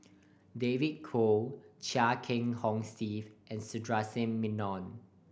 David Kwo Chia Kiah Hong Steve and Sundaresh Menon